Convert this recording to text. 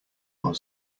our